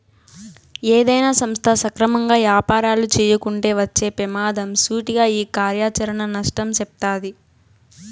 ఏదైనా సంస్థ సక్రమంగా యాపారాలు చేయకుంటే వచ్చే పెమాదం సూటిగా ఈ కార్యాచరణ నష్టం సెప్తాది